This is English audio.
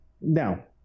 now